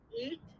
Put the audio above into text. eat